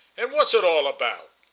and what's it all about?